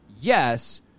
Yes